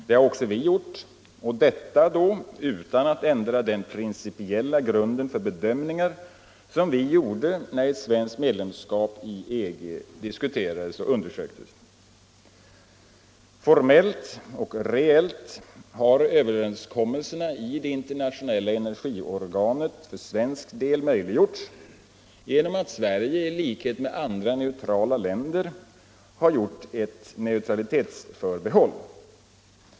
Det har också vi gjort, och utan att detta ändrar den principiella grunden för bedömningar som vi gjorde när ett svenskt medlemskap i EG diskuterades och undersöktes. Formellt och reellt har överenskommelserna i det internationella energiorganet för svensk del möjliggjorts genom att Sverige i likhet med andra neutrala länder har gjort ett neutralitetsförbehåll.